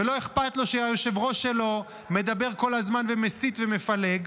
ולא אכפת לו שהיושב-ראש שלו מדבר כל הזמן ומסית ומפלג.